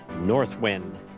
Northwind